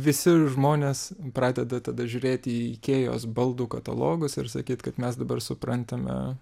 visi žmonės pradeda tada žiūrėti į ikėjos baldų katalogus ir sakyt kad mes dabar suprantame